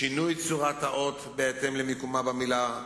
שינוי צורת האות בהתאם למיקומה במלה.